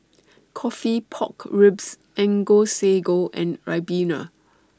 Coffee Pork Ribs and Go Sago and Ribena